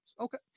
Okay